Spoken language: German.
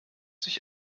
sich